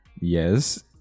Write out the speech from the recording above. Yes